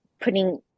putting